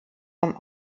vom